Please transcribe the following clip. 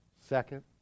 Second